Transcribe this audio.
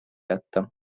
jätta